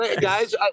guys